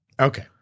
Okay